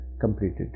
completed